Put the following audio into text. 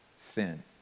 sin